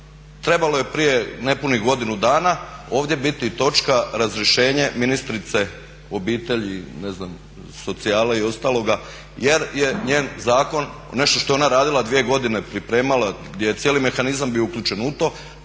trebalo je prije nepunih godinu dana ovdje biti točka razrješenje ministrice obitelji i ne znam socijale i ostaloga jer je njen zakon nešto što je ona radila dvije godine i pripremala, gdje je cijeli mehanizam bio uključen u to